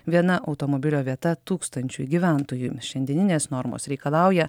viena automobilio vieta tūkstančiui gyventojų šiandieninės normos reikalauja